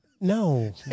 No